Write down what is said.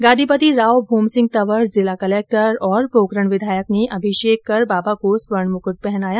गादीपति राव भोमसिंह तंवर जिला कलेक्टर और पोकरण विधायक ने अभिषेक कर बाबा को स्वर्ण मुकुट पहनाया